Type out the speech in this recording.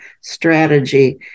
strategy